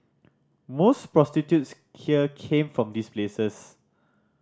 most prostitutes here came from these places